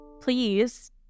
please